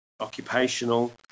occupational